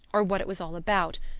or what it was all about,